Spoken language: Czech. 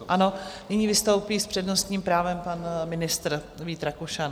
Ano, nyní vystoupí s přednostním právem pan ministr Vít Rakušan.